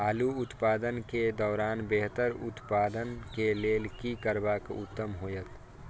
आलू उत्पादन के दौरान बेहतर उत्पादन के लेल की करबाक उत्तम होयत?